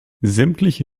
sämtliche